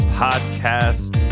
podcast